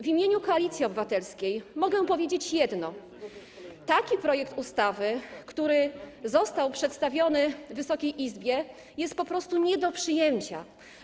W imieniu Koalicji Obywatelskiej mogę powiedzieć jedno: Taki projekt ustawy, jaki został przedstawiony Wysokiej Izbie, jest po prostu nie do przyjęcia.